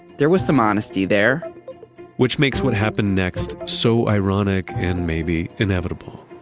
there was some honesty there which makes what happened next so ironic and maybe inevitable